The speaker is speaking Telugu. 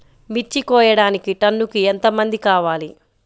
మిర్చి కోయడానికి టన్నుకి ఎంత మంది కావాలి?